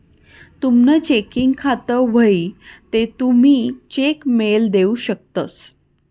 तुमनं चेकिंग खातं व्हयी ते तुमी चेक मेल देऊ शकतंस